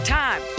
time